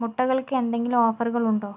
മുട്ടകൾക്ക് എന്തെങ്കിലും ഓഫറുകളുണ്ടോ